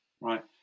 right